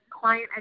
client